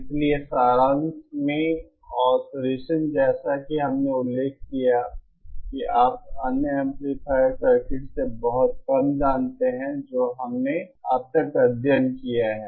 इसलिए सारांश में ऑसिलेसन जैसा कि हमने उल्लेख किया है कि आप अन्य एम्पलीफायर सर्किट से बहुत कम जानते हैं जो हमने अब तक अध्ययन किया है